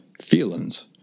feelings